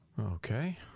Okay